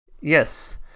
Yes